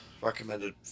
recommended